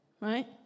Right